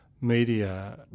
media